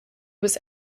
was